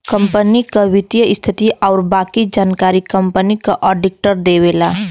company क वित्तीय स्थिति आउर बाकी जानकारी कंपनी क आडिटर देवला